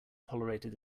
tolerated